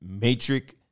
matrix